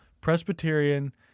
Presbyterian